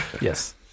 Yes